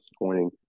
disappointing